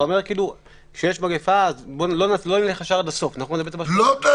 אתה אומר שכשיש מגפה לא נלך ישר עד הסוף --- לא.